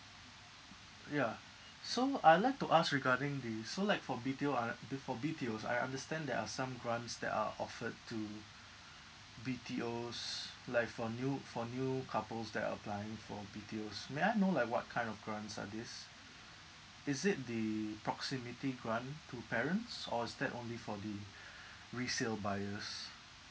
yeah so I would like to ask regarding the so like for B_T_O r~ B~ for B_T_Os I understand there are some grants that are offered to B_T_Os like for new for new couples that are applying for B_T_Os may I know like what kind of grants are these is it the proximity grant to parents or is that only for the resale buyers